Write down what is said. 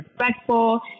respectful